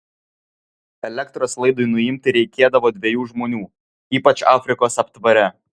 elektros laidui nuimti reikėdavo dviejų žmonių ypač afrikos aptvare